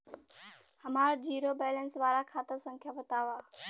हमार zero balance वाला खाता संख्या वतावा?